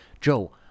Joe